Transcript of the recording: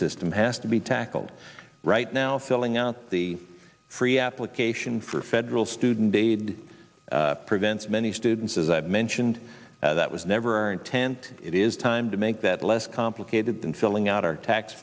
system has to be tackled right now filling out the free application for federal student aid prevents many students as i mentioned that was never our intent it is time to make that less complicated than filling out our tax